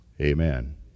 Amen